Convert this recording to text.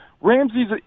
Ramsey's